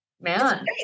man